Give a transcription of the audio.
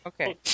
Okay